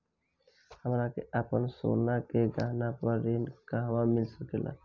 हमरा के आपन सोना के गहना पर ऋण कहवा मिल सकेला?